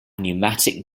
pneumatic